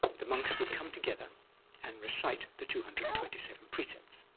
the monks would come together and recite the two hundred and twenty seven precepts,